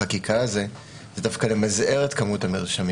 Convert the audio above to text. זה לא מסר שנשלח לפי חיקוק או הוראת